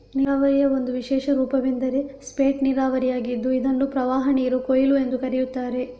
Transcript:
ನೀರಾವರಿಯ ಒಂದು ವಿಶೇಷ ರೂಪವೆಂದರೆ ಸ್ಪೇಟ್ ನೀರಾವರಿಯಾಗಿದ್ದು ಇದನ್ನು ಪ್ರವಾಹನೀರು ಕೊಯ್ಲು ಎಂದೂ ಕರೆಯುತ್ತಾರೆ